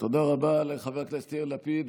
תודה רבה לחבר הכנסת יאיר לפיד,